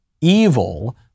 evil